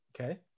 Okay